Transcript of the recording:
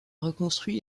reconstruit